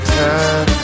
time